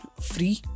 free